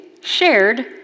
shared